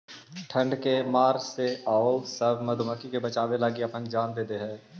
ठंड के मार से उ औउर सब मधुमाखी के बचावे लगी अपना जान दे देवऽ हई